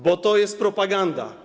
Bo to jest propaganda.